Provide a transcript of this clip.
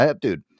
Dude